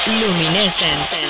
luminescence